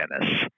Dennis